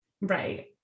Right